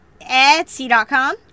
Etsy.com